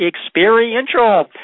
experiential